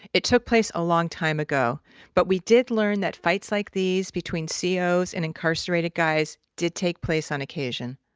it took place a long time ago but we did learn that fights like these between cos ah and incarcerated guys did take place on occasion.